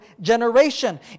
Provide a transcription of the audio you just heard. generation